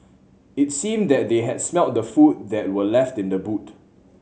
it seemed that they had smelt the food that were left in the boot